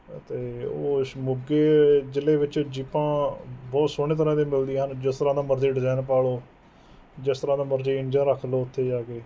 ਅਤੇ ਉਸ ਮੋਗੇ ਜ਼ਿਲ੍ਹੇ ਵਿੱਚ ਜੀਪਾਂ ਬਹੁਤ ਸੋਹਣੇ ਤਰ੍ਹਾਂ ਦੀ ਮਿਲਦੀਆਂ ਹਨ ਜਿਸ ਤਰ੍ਹਾਂ ਦਾ ਮਰਜ਼ੀ ਡਿਜ਼ਾਇਨ ਪਾ ਲਉ ਜਿਸ ਤਰ੍ਹਾਂ ਦਾ ਮਰਜ਼ੀ ਇੰਜਣ ਰੱਖ ਲਉ ਉੱਥੇ ਜਾ ਕੇ